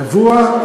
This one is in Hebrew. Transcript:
קבוע.